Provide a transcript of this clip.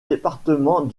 département